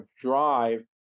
drive